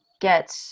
get